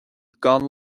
gan